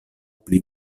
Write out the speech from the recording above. pli